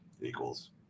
equals